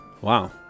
Wow